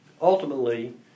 ultimately